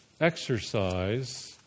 exercise